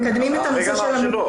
הרגע אמרת שלא